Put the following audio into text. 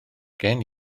gen